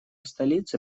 столицы